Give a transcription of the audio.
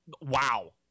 Wow